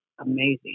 amazing